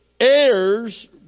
heirs